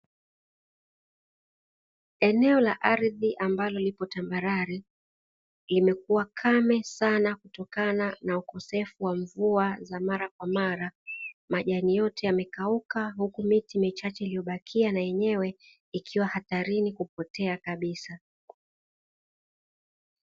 Eneo la ardhi ambalo lipo tambarare imekuwa kame sana kutokana na ukosefu wa mvua za mara kwa mara, majani yote yamekauka huku miti michache iliyobakia na yenyewe ikiwa hatarini kupotea kabisa.